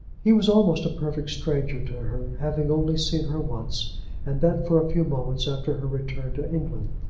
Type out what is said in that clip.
he was almost a perfect stranger to her, having only seen her once and that for a few moments after her return to england.